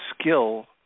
skill